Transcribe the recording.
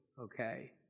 okay